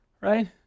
right